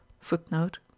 footnote